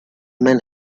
men